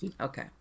Okay